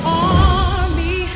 army